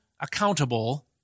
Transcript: accountable